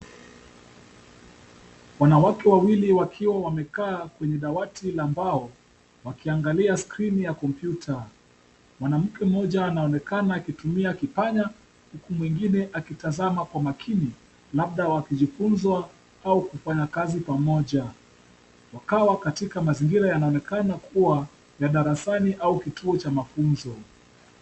Wanawake wawili wakiwa wamekaa kwenye dawati la mbao wakiangalia skrini ya kompyuta. Mwanamke mmoja anaonekana akitumia kipanya huku mwingine akitazama kwa makini labda wakijifunza au kufanya kazi pamoja. Wakawa katika mazingira yanaonekana kuwa ya darasani au kituo cha mafunzo.